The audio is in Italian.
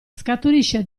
scaturisce